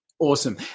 Awesome